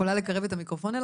אני